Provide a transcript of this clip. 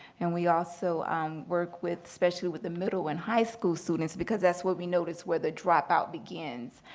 and we also work with specially with the middle and high school students, because that's where we notice where the dropout begins.